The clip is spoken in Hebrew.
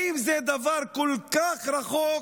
האם זה דבר כל כך רחוק?